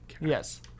Yes